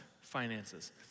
finances